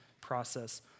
process